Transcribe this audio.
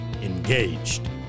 engaged